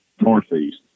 Northeast